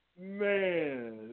Man